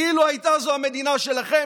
כאילו הייתה זו המדינה שלכם,